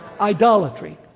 Idolatry